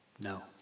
no